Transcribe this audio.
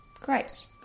Great